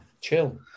Chill